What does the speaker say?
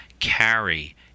carry